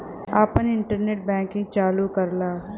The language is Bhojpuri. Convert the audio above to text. आपन इन्टरनेट बैंकिंग चालू कराला